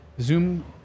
Zoom